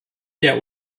der